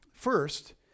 First